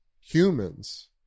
humans